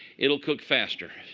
it'll cook faster.